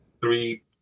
three